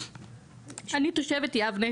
אני תושבת יבנה